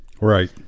right